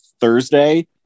Thursday